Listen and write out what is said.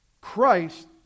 Christ